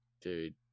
dude